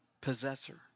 possessor